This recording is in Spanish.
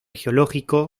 geológico